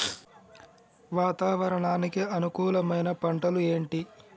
వాతావరణానికి అనుకూలమైన పంటలు ఏంటి?